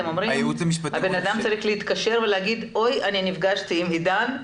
אתם אומרים שהבן אדם צריך להתקשר ולומר שהוא נפגש עם עידן?